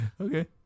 Okay